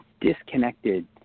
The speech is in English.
disconnected